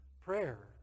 Prayer